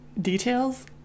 details